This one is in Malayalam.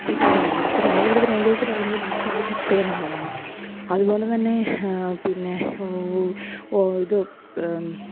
കപ്പയ്ക്കാണ് പറയുന്നത് പക്ഷെ നമ്മൾ ഇവിടെ തിരുവനന്തപുരത്ത് പറയുന്ന ഭാഷ അത് കപ്പ എന്നുള്ളതാണ് അതുപോലെ തന്നെ പിന്നെ ഇത്